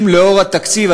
אם לאור התקציב,